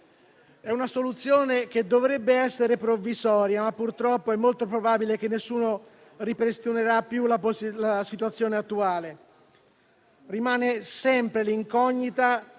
È una soluzione che dovrebbe essere provvisoria, ma purtroppo è molto probabile che nessuno ripristinerà più la situazione attuale. Rimane sempre l'incognita